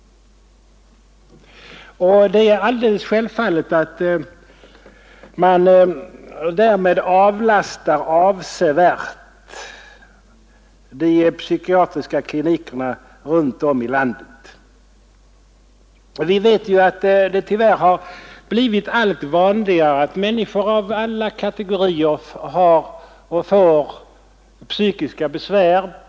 Alldeles självfallet är att man därmed avlastar de psykiatriska klinikerna runt om i landet. Vi vet, att det tyvärr blivit allt vanligare att människor av alla kategorier får psykiska besvär.